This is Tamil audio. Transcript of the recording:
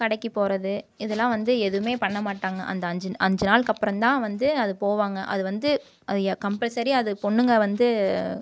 கடைக்கு போகிறது இதெல்லாம் வந்து எதுவும் பண்ண மாட்டாங்க அந்த அஞ்சு அஞ்சு நாளுக்கப்புறம் தான் வந்து அது போவாங்க அது வந்து அது ஏ கம்பல்சரி அது பொண்ணுங்க வந்து